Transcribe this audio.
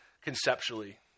conceptually